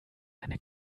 eine